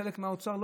חלק מהאוצר,